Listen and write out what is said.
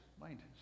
mind